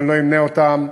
ואני לא אמנה אותן,